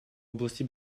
области